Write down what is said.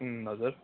हजुर